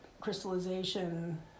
crystallization